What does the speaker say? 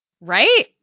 right